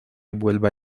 vuelva